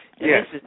Yes